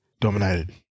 Dominated